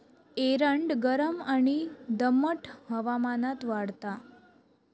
एरंड गरम आणि दमट हवामानात वाढता